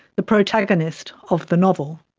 the protagonist of the novel.